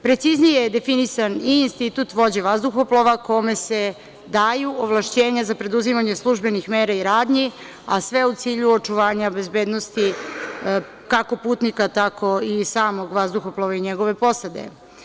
Preciznije je definisan i institut vođe vazduhoplova, kome se daju ovlašćenja za preduzimanje službenih mera i radnji, a sve u cilju očuvanja bezbednosti kako putnika, tako i samog vazduhoplova i njegove posade.